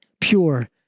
pure